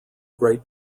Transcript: great